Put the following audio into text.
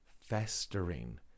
festering